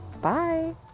Bye